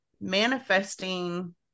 manifesting